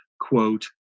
quote